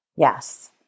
Yes